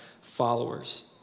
followers